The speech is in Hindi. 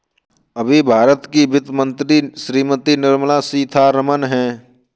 अभी भारत की वित्त मंत्री श्रीमती निर्मला सीथारमन हैं